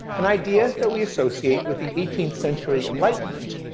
an idea that we associate with the eighteenth century enlightenment,